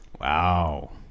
Wow